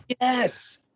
yes